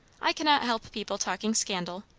i cannot help people talking scandal.